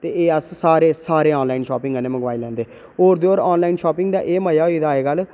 ते एह् अस सारे सारे आनलाइन लैंदे होर त होर आनलाइन शापिंग दा एह् मजा होई गे दा